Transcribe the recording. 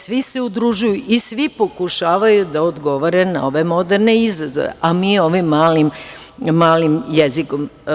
Svi se udružuju i svi pokušavaju da odgovore na ove moderne izazove, a mi ovim malim jezikom.